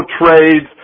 trades